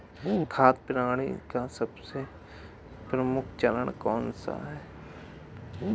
खाद्य प्रणाली का सबसे प्रमुख चरण कौन सा है?